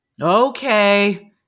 Okay